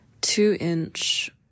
two-inch